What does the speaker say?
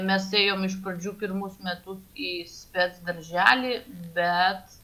mes ėjom iš pradžių pirmus metus į spec darželį bet